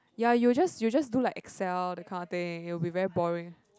ya you'll just you just will do like Excel that kind of thing very boring